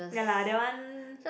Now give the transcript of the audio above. ya lah that one